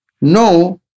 no